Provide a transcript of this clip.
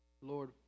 Lord